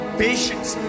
patience